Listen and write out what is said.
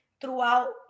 throughout